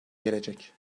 gelecek